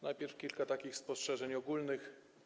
Najpierw kilka takich spostrzeżeń ogólnych.